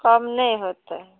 कम नहि हेतै